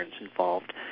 involved